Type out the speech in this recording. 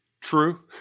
true